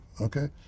okay